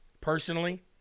personally